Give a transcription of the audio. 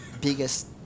biggest